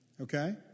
okay